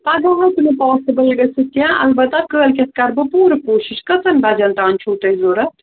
پگاہ ہٮ۪کہٕ نہٕ پاسبلٕے گٔژھِتھ کیٚنٛہہ البتہٕ کٲلۍکٮ۪تھ کَرٕ بہٕ پوٗرٕ کوٗشِش کٔژَن بَجَن تانۍ چھُو تۄہہِ ضروٗرت